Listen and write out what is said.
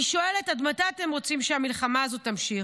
אני שואלת: עד מתי אתם רוצים שהמלחמה הזו תמשיך?